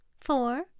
four